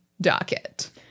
docket